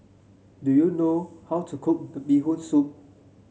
do you know how to cook Bee Hoon Soup